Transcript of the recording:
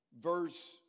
verse